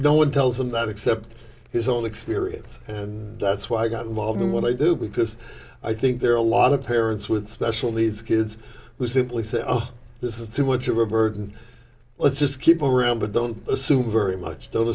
no one tells them that except his own experience and that's why i got involved in what i do because i think there are a lot of parents with special needs kids who simply say oh this is too much of a burden let's just keep around but don't assume very much don't